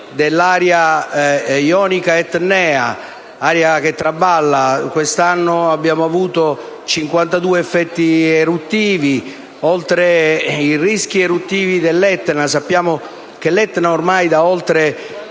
dell'area ionico-etnea, un'area che traballa: quest'anno abbiamo avuto 52 effetti eruttivi, oltre i rischi eruttivi dell'Etna. Sappiamo che l'Etna, ormai da oltre